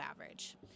average